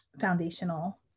foundational